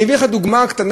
אני אביא לך דוגמה קטנה,